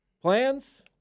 plans